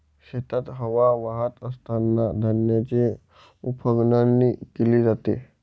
शेतात हवा वाहत असतांना धान्याची उफणणी केली जाते